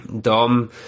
Dom